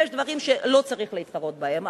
יש דברים שלא צריך להתחרות בהם,